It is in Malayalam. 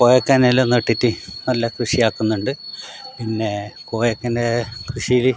കോവക്കേനെ എല്ലാം നട്ടിട്ട് നല്ല കൃഷിയാക്കുന്നുണ്ട് പിന്നെ കോവക്കൻ്റെ കൃഷിയിൽ